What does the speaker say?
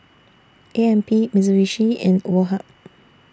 A M P Mitsubishi and Woh Hup